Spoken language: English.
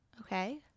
Okay